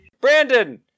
Brandon